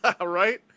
Right